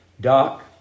Doc